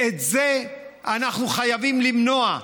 את זה אנחנו חייבים למנוע.